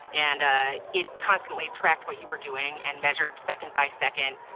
and it constantly tracked what you were doing and measured, second by second,